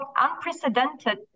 unprecedented